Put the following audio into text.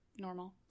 normal